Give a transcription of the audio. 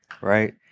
right